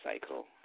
cycle